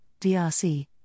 DRC